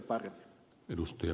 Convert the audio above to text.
arvoisa puhemies